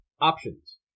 Options